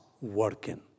working